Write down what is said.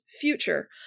future